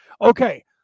Okay